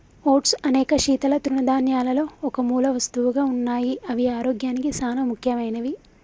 oats అనేక శీతల తృణధాన్యాలలో ఒక మూలవస్తువుగా ఉన్నాయి అవి ఆరోగ్యానికి సానా ముఖ్యమైనవి